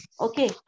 Okay